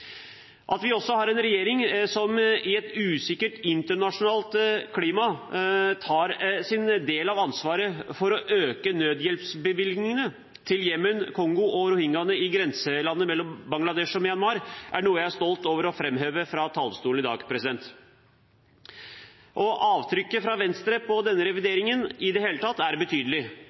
At vi også har en regjering som i et usikkert internasjonalt klima tar sin del av ansvaret for å øke nødhjelpsbevilgningene til Jemen, Kongo og rohingyaene i grenselandet mellom Bangladesh og Myanmar, er noe jeg er stolt av å framheve fra talerstolen i dag. Avtrykket fra Venstre på denne revideringen er i det hele tatt betydelig, og jeg er